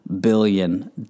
billion